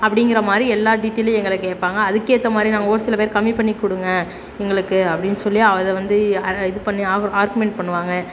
அப்டிங்கிற மாதிரி எல்லா டீட்டைலையும் எங்களை கேட்பாங்க அதுக்கேற்ற மாதிரி நாங்கள் ஒரு சில பேருக்கு கம்மி பண்ணிக் கொடுங்க எங்களுக்கு அப்படின்னு சொல்லி அதை வந்து அதை இது பண்ணி ஆர்க்யூமெண்ட் பண்ணுவாங்க